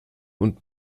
und